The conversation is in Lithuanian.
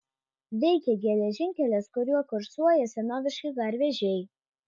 veikia geležinkelis kuriuo kursuoja senoviški garvežiai